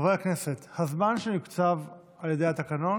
חברי הכנסת, הזמן שהוקצב על ידי התקנון